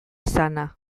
izana